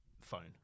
Phone